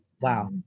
Wow